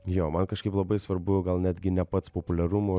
jo man kažkaip labai svarbu gal netgi ne pats populiarumo